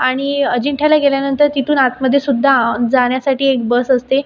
आणि अजिंठ्याला गेल्यानंतर तिथून आतमध्ये सुद्धा जाण्यासाठी एक बस असते